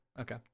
okay